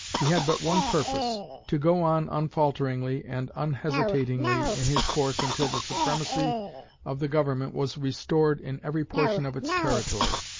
he had but one purpose to go on unfalteringly and unhesitatingly in his course until the supremacy of the government was restored in every portion of its territory.